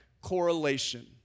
correlation